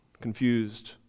confused